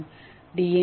மேலும் டி